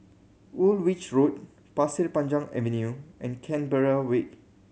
Woolwich Road Pasir Panjang Avenue and Canberra Way